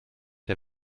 der